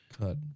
cut